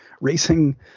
racing